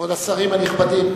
כבוד השרים הנכבדים,